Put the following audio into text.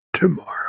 tomorrow